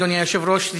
אדוני היושב-ראש,